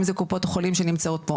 אם זה קופות החולים שנמצאות פה,